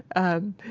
um,